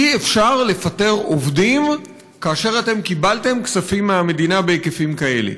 אי-אפשר לפטר עובדים לאחר שקיבלתם כספים מהמדינה בהיקפים כאלה.